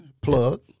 Plug